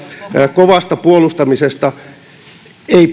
kovasta puolustamisesta ministeri lindström ei